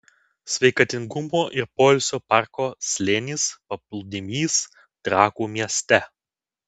sveikatingumo ir poilsio parko slėnis paplūdimys trakų mieste